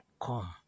come